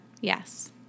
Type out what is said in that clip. Yes